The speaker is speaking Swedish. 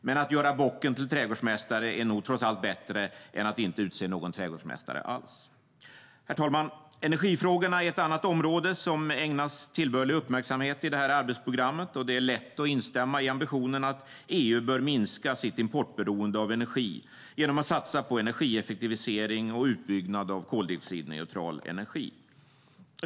Men att göra bocken till trädgårdsmästare är nog trots allt bättre än att inte utse någon trädgårdsmästare alls. Herr talman! Energifrågorna är ett annat område som ägnas tillbörlig uppmärksamhet i arbetsprogrammet. Det är lätt att instämma i ambitionen att EU bör minska sitt importberoende av energi genom att satsa på energieffektivisering och utbyggnad av koldioxidneutral energi.